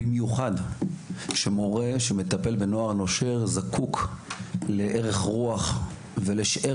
במיוחד שמורה שמטפל בנוער נושר זקוק לארך רוח ולשאר